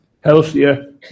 healthier